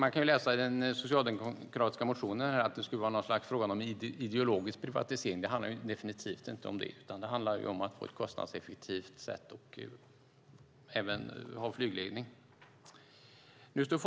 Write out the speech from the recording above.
Man kan läsa i den socialdemokratiska motionen att det skulle vara fråga om något slags ideologisk privatisering. Det handlar definitivt inte om det, utan det handlar om att ha flygledning på ett kostnadseffektivt sätt.